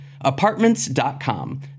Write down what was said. apartments.com